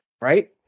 right